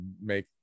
make